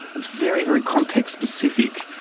it's very, very context specific.